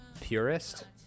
purist